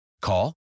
Call